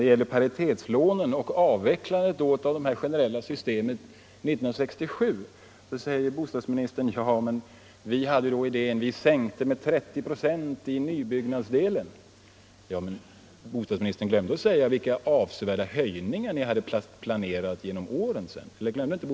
Beträffande paritetslånen och avvecklandet 1967 av de generella systemen säger bostadsministern att ”vi sänkte med 30 procent i nybyggnadsdelen”. Men bostadsministern glömde att tala om vilka avsevärda höjningar ni hade planerat under de följande åren.